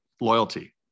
loyalty